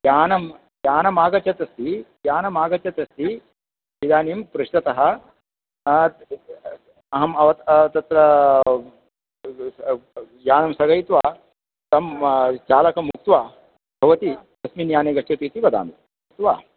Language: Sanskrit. यानं यानम् आगच्छत् अस्ति यानम् आगच्छगत् अस्ति इदानीं पृष्टत आम् अहं अव तत्र यानं स्थगयित्वा तं चालकम् उक्त्वा भवती तस्मिन् याने गच्छति इति वदामि अस्तु वा